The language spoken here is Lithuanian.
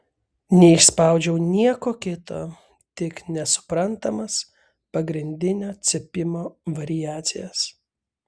neišspaudžiau nieko kito tik nesuprantamas pagrindinio cypimo variacijas